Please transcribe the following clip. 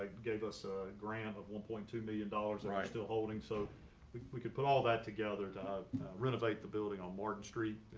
gave us a grant of one point two million dollars are still holding so like we could put all that together to ah renovate the building on morton street